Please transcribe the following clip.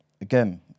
Again